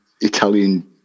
Italian